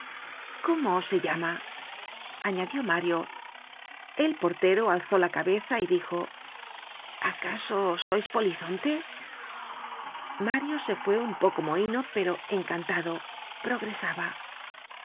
cómo se llama añadió mario el portero alzó la cabeza y dijo acaso sois polizonte mario se fué un poco mohino pero encantado progresaba